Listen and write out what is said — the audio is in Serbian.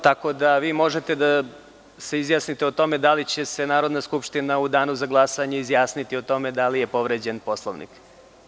Tako da, vi možete da se izjasnite o tome da li će se Narodna skupština u danu za glasanje izjasniti o tome da li je povređen Poslovnik.